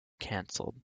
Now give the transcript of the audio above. canceled